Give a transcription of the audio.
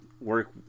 work